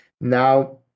now